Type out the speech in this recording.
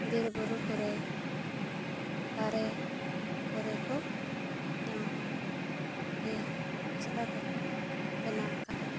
ᱵᱤᱨ ᱵᱩᱨᱩ ᱠᱚᱨᱮ ᱚᱱᱟ ᱫᱟᱨᱮ ᱠᱚᱨᱮ ᱠᱚ ᱧᱟᱢᱚᱜᱼᱟ ᱡᱮ ᱢᱚᱥᱞᱟ ᱠᱚᱠᱚ ᱵᱮᱱᱟᱣ ᱠᱟᱜᱼᱟ